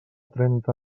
trenta